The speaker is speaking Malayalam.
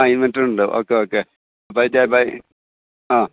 ആ ഇൻവേർട്ടർ ഉണ്ട് okay okay by the by ആ